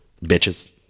bitches